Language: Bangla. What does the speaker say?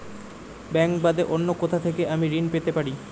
ব্যাংক বাদে অন্য কোথা থেকে আমি ঋন পেতে পারি?